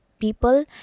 People